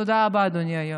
תודה רבה, אדוני היושב-ראש.